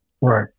Right